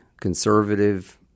conservative